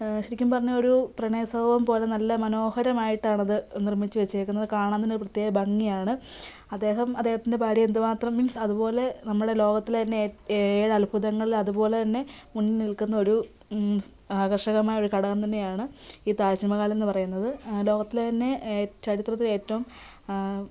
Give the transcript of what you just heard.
ശരിക്കും പറഞ്ഞാൽ ഒരു പ്രണയ സൗധം പോലെ നല്ല മനോഹരമായിട്ടാണത് നിർമ്മിച്ച് വെച്ചേക്കുന്നത് കാണാനും ഒരു പ്രത്യേക ഭംഗിയാണ് അദ്ദേഹം അദ്ദേഹത്തിൻ്റെ ഭാര്യയെ എന്ത് മാത്രം മീൻസ് അതുപോലെ നമ്മളെ ലോകത്തിലെ തന്നെ ഏറ്റവും വലിയ ഏഴ് അത്ഭുതങ്ങളിൽ അതുപോലെ തന്നെ മുന്നിൽ നിൽക്കുന്ന ഒരു ആകർഷകമായ ഒരു ഘടകം തന്നെയാണ് ഈ താജ്മഹൽ എന്ന് പറയുന്നത് ലോകത്തിലെ തന്നെ ചരിത്രത്തിലെ ഏറ്റവും